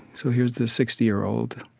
so here's this sixty year old,